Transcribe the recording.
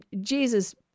Jesus